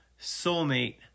soulmate